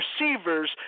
receivers